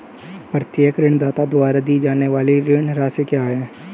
प्रत्येक ऋणदाता द्वारा दी जाने वाली ऋण राशि क्या है?